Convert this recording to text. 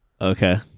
Okay